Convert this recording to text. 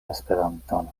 esperanton